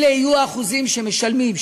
שאלו יהיו האחוזים שמשלמים,